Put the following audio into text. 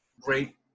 great